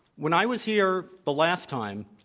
when i was here the last time,